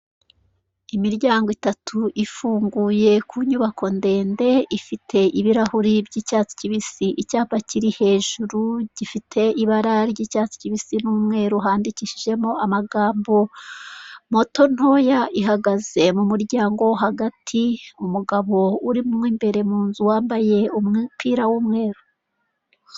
Mu muhanda harimo imodoka isize irangi ry'ubururu, imbere harimo haraturukayo ipikipiki ihetse umuntu, hirya gatoya hahagaze umuntu, ku muhanda hari ibiti binini cyane.